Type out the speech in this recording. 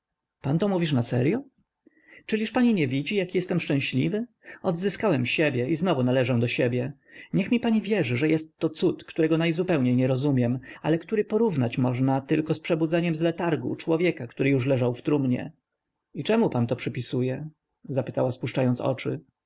pan to mówisz naseryo czyliż pani nie widzi jaki jestem szczęśliwy odzyskałem siebie i znowu należę do siebie niech mi pani wierzy że jestto cud którego najzupełniej nie rozumiem ale który porównać można tylko z przebudzeniem z letargu człowieka który już leżał w trumnie i czemu pan to przypisuje zapytała spuszczając oczy